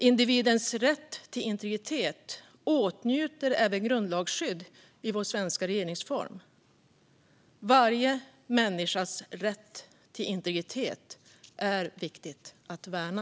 Individens rätt till integritet åtnjuter även grundlagsskydd i vår svenska regeringsform. Varje människas rätt till integritet är viktig att värna!